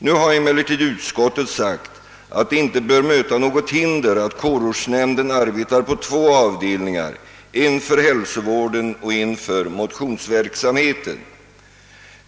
Nu har emellertid utskottet framhållit, att det inte bör möta något hinder att kårortsnämnden arbetar på två avdelningar — en för hälsovården och en för motionsverksamheten.